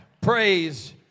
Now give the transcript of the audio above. praise